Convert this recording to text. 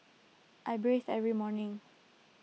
I bathe every morning